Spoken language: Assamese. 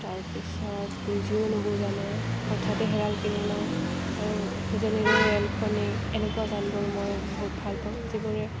তাৰ পিছত বুজিও নুবুজানে হঠাতে হেৰাল কেনিনো উজনিৰে ৰেলখনি এনেকুৱা গানবোৰ মই বহুত ভালপাওঁ যিবোৰে